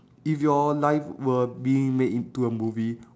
if your life were being made into a movie